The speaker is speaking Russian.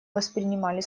воспринимали